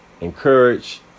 encourage